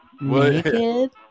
Naked